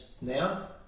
now